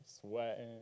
sweating